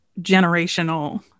generational